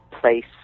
place